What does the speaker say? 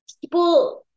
people